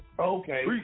Okay